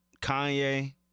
Kanye